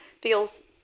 feels